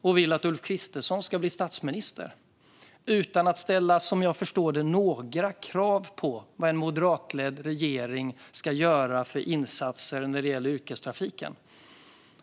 Han vill att Ulf Kristersson ska bli statsminister, utan att ställa, som jag förstår det, några krav på vad en moderatledd regering ska göra för insatser när det gäller yrkestrafiken.